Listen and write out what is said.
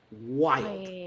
wild